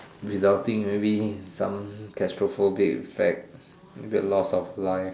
resulting maybe some claustrophobic effect maybe lost of live